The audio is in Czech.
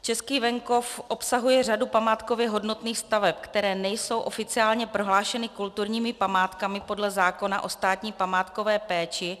Český venkov obsahuje řadu památkově hodnotných staveb, které nejsou oficiálně prohlášeny kulturními památkami podle zákona o státní památkové péči.